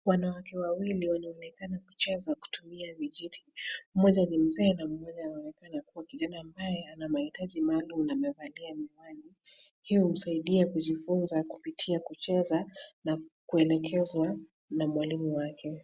Wanawake wawili wanaonekana kucheza kutumia vijiti, mmoja ni mzee na mmoja anaonekana kuwa kijana ambaye ana mahitaji maalum na amevalia miwani. Hio humsaidia kujifunza kupitia kucheza na kuelekezwa na mwalimu wake.